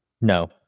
No